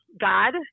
God